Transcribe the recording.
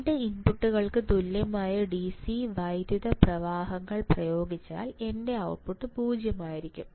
2 ഇൻപുട്ടുകൾക്ക് തുല്യമായ DC വൈദ്യുത പ്രവാഹങ്ങൾ പ്രയോഗിച്ചാൽ എന്റെ ഔട്ട്പുട്ട് 0 ആയിരിക്കും